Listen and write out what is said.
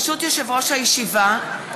ברשות יושב-ראש הישיבה,